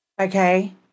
Okay